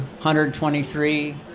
123